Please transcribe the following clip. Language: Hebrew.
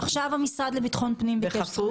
המשרד לביטחון פנים ביקש להתייחס.